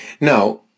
Now